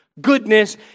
Goodness